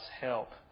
help